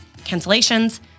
cancellations